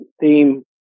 theme